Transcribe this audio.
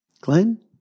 Glenn